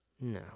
no